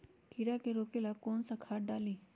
कीड़ा के रोक ला कौन सा खाद्य डाली?